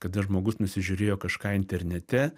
kada žmogus nusižiūrėjo kažką internete